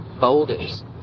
boulders